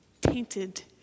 tainted